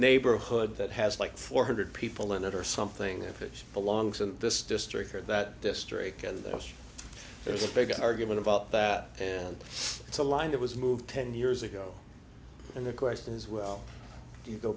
neighborhood that has like four hundred people in it or something if it belongs in this district or that district and there's a big argument about that and it's a line that was moved ten years ago and the question is well do you go